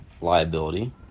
Liability